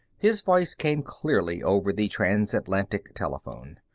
his voice came clearly over the transatlantic telephone.